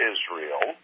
Israel